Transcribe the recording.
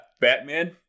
Batman